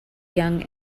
young